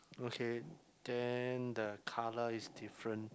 okay then the colour is different